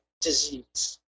disease